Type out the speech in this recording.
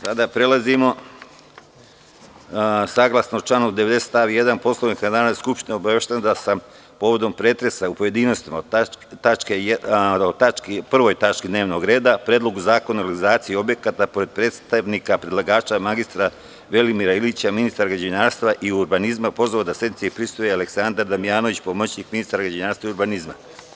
Saglasno članu 90. stav 1. Poslovnika Narodne skupštine, obaveštavam vas da sam povodom pretresa u pojedinostima po 1. tački dnevnog reda – Predlogu zakona o legalizaciji objekata, pored predstavnika predlagača mr Velimira Ilića, ministra građevinarstva i urbanizma, pozvao da sednici prisustvuje i Aleksandar Damjanović, pomoćnik ministra građevinarstva i urbanizma.